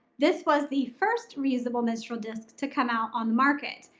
this was the first reasonable menstrual disc to come out on the market.